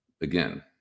Again